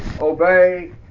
obey